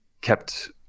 kept